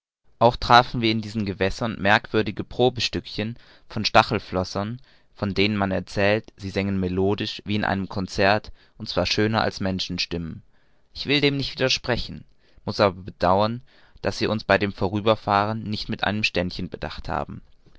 auch trafen wir in diesen gewässern merkwürdige probestückchen von stachelflossern von denen man erzählt sie sängen melodisch wie in einem concert und zwar schöner als menschenstimmen ich will dem nicht widersprechen muß aber bedauern daß sie uns bei dem vorüberfahren nicht mit einem ständchen bedacht haben